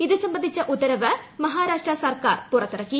ഇതു സംബന്ധിച്ച ഉത്തരവ് മഹാരാഷ്ട്ര സർക്കാർ പുറത്തിറക്കി